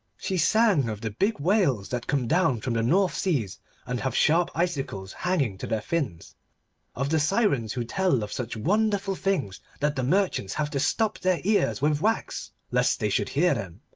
she sang of the big whales that come down from the north seas and have sharp icicles hanging to their fins of the sirens who tell of such wonderful things that the merchants have to stop their ears with wax lest they should hear them,